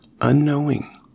unknowing